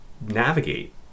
navigate